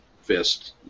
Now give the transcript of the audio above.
fist